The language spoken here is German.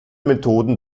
methoden